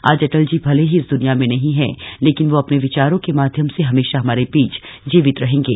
आज अटल जी भले ही इस दुनिया में नहीं हैं लेकिन वह अपने विचारों के माध्यम से हमेशा हमारे बीच जीवित रहेंगे